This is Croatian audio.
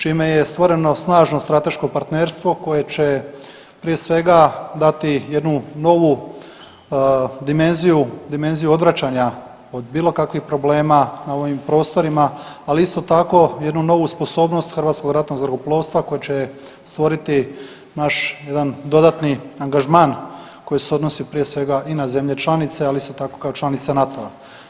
Čime je stvoreno snažno strateško partnerstvo koje će prije svega dati jednu novu dimenziju, dimenziju odvraćanja od bilo kakvih problema na ovim prostorima ali isto tako jednu novu sposobnost Hrvatskog ratnog zrakoplovstva koje će stvoriti naš jedan dodatni angažman koji se odnosi prije svega i na zemlje članice, ali isto tako kao članice NATO-a.